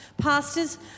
Pastors